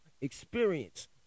experience